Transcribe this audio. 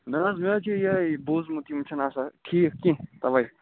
نہٕ حظ مےٚ حظ چھِ بوٗزمُت یِم چھِ نہٕ آسان ٹھیٖک کیٚنہہ تَوٕے